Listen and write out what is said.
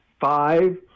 five